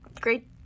great